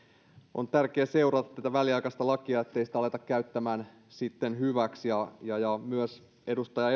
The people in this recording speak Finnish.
on tärkeä seurata tätä väliaikaista lakia ettei sitä aleta käyttämään sitten hyväksi myös edustaja